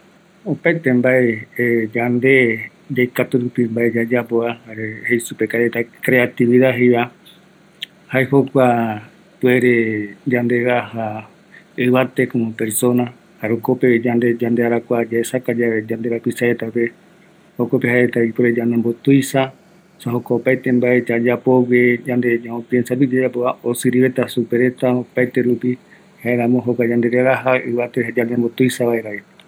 Kua arakua ñanoï vaera jaeko ñamaeramo tenode, yaeka reve ipɨau yaesaka vaera, jare ñame vaera jare yaeya vaera ikavigue, tëtäraretape, oimeko opaete ñanoi arakua ikavigueva yaeya vaera